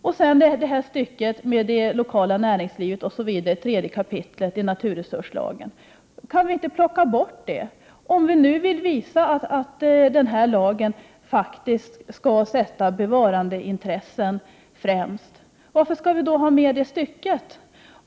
Tag det stycke i 3 kap. naturresurslagen som handlar om det lokala näringslivet! Kan vi inte ta bort det? Om vi vill visa att naturresurslagen faktiskt skall sätta bevarandeintressen främst, varför skall vi då ha med det stycket?